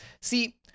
see